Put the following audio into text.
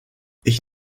ich